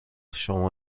شما